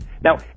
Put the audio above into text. Now